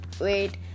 wait